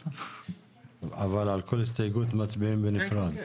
אבל על כל הסתייגות מצביעים בנפרד?